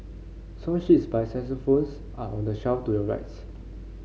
song sheets by xylophones are on the shelf to your rights